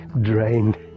drained